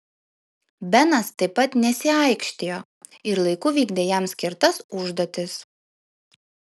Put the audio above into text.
benas taip pat nesiaikštijo ir laiku vykdė jam skirtas užduotis